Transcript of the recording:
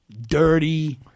dirty